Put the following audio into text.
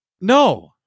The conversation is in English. No